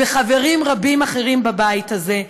וחברים רבים אחרים בבית הזה,